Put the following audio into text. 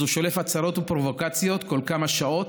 אז הוא שולף הצהרות ופרובוקציות כל כמה שעות,